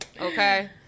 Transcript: Okay